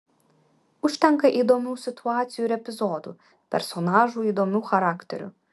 užtenka įdomių situacijų ir epizodų personažų įdomių charakterių